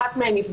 אחת מהן על